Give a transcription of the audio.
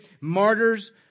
Martyrs